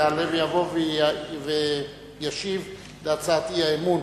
יעלה ויבוא וישיב על הצעת האי-אמון.